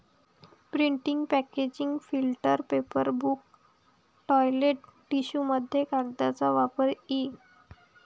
printing packaging filter paper book toilet टिश्यूमध्ये कागदाचा वापर इ